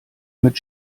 mit